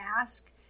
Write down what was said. ask